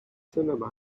cinema